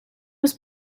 was